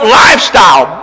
lifestyle